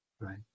Right